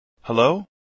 Hello